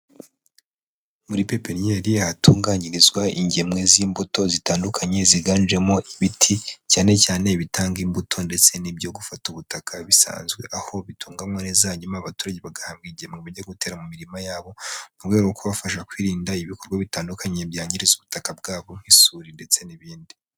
Muri pepeniyeri ahatunganyirizwa ingemwe z'imbuto zitandukanye ziganjemo ibiti cyane cyane ibitanga imbuto ndetse n'ibyo gufata ubutaka bisanzwe, aho bitunganywa neza hanyuma abaturage bagahabwa ingemwe bajya gutera mu mirima yabo mu rwego rwo kubafasha kwirinda ibikorwa bitandukanye byangiza ubutaka bwabo nk'isuri ndetse n'ibindi.